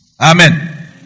Amen